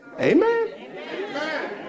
Amen